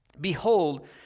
Behold